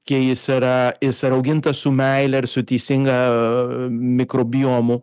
kai jis yra jis yra augintas su meile ir su teisinga mikrobiomu